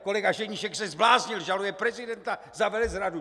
Kolega Ženíšek se zbláznil, žaluje prezidenta za velezradu!